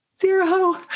zero